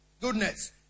goodness